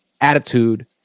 attitude